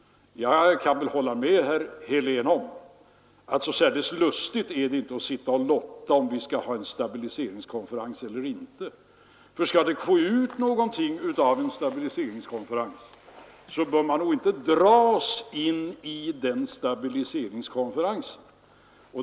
Jag kan hålla med herr Helén om att det inte är så särdeles lustigt att lotta om en stabiliseringskonferens. Skall vi få ut någonting av en sådan konferens, bör man nog inte dras in i den.